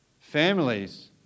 Families